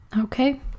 Okay